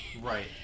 Right